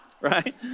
Right